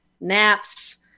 naps